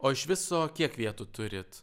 o iš viso kiek vietų turit